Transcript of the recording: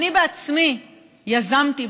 אני בעצמי יזמתי,